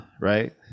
right